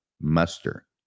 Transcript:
muster